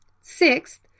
Sixth